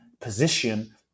position